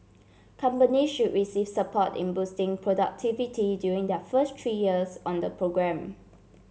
company should receive support in boosting productivity during their first three years on the programme